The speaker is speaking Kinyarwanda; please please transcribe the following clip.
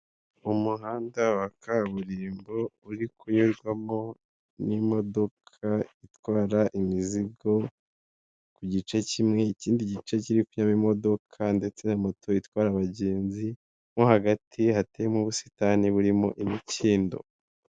Umuhanda wa kaburimbo uri kunyurwamo n'imodoka itwara imizigo ku gice kimwe, ikindi gice kiri kunyuramo imodoka ndetse na moto itwara abagenzi mo hagati hateye mo ubusitani burimo imikindo.